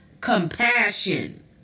compassion